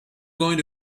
going